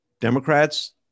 Democrats